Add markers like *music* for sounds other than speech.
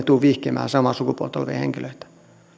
*unintelligible* tule vihkimään samaa sukupuolta olevia henkilöitä